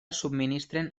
subministren